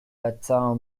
latin